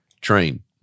train